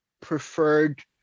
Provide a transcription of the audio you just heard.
preferred